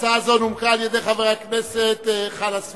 ההצעה הזאת נומקה על-ידי חבר הכנסת חנא סוייד,